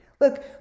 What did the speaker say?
Look